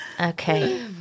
Okay